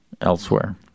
elsewhere